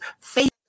faith